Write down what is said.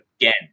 again